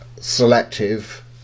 selective